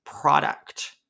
product